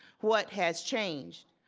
what has changed?